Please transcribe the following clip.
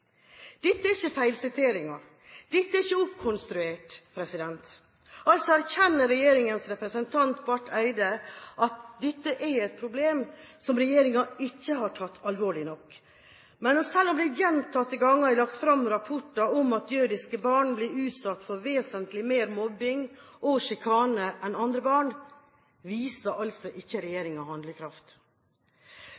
dette alvorlig nok.» Dette er ikke feilsiteringer. Dette er ikke oppkonstruert. Altså erkjenner regjeringens representant Barth Eide at dette er et problem som regjeringen ikke har tatt alvorlig nok. Men selv om det gjentatte ganger er lagt fram rapporter om at jødiske barn blir utsatt for vesentlig mer mobbing og sjikane enn andre barn, viser ikke